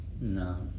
No